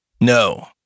No